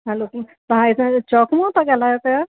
hello जी तव्हां हितां चौक मूं था ॻाल्हायो पिया